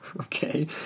okay